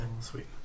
Sweet